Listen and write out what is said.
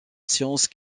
science